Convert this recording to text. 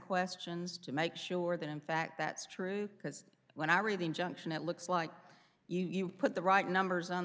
questions to make sure that in fact that's true because when i read the injunction it looks like you put the right numbers on